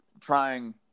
trying